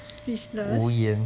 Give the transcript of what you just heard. speechless